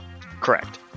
Correct